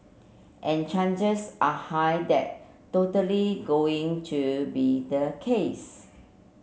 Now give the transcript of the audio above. and changes are high that totally going to be the case